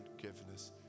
forgiveness